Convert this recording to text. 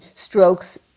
strokes